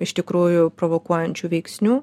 iš tikrųjų provokuojančių veiksnių